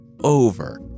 over